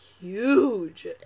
huge